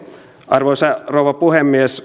arvoisa rouva puhemies